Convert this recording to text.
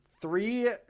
three